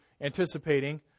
anticipating